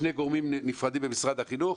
שני גורמים נפרדים במשרד החינוך,